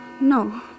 No